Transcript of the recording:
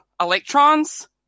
electrons